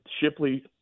Shipley